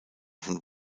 von